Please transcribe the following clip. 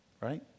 right